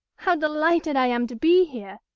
how delighted i am to be here!